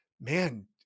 Man